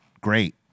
great